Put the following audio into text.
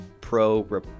pro